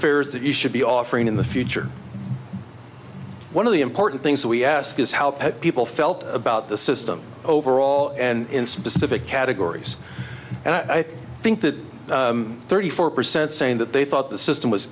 fares that you should be offering in the future one of the important things we ask is how people felt about the system overall and in specific categories and i think that thirty four percent saying that they thought the system was